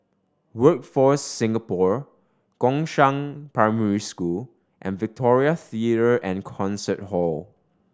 Workforce Singapore Gongshang Primary School and Victoria Theatre and Concert Hall